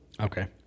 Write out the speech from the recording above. Okay